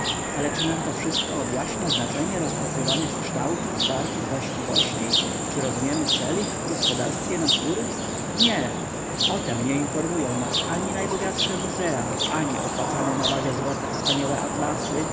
ale czy nam to wszystko objaśnia znaczenie rozpatrywanych kształtów barw i właściwości czy rozumiemy cel ich w gospodarstwie natury nie o tem nie informują nas ani najbogatsze muzea ani opłacane na wagę złota wspaniałe atlasy